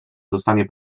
dostanie